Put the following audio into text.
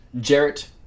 Jarrett